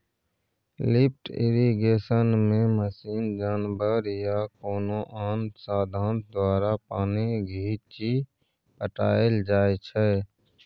lift इरिगेशनमे machine, जानबर या कोनो आन साधंश द्वारा पानि घीचि पटाएल जाइ छै